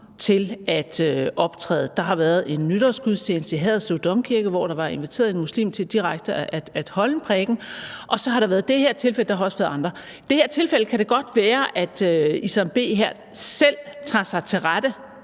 til at optræde. Der har været en nytårsgudstjeneste i Haderslev Domkirke, hvor der var inviteret en muslim til direkte at holde en prædiken, og så har der været det her tilfælde. Der har også været andre. I det her tilfælde kan det godt være, at Isam B her selv tager sig til rette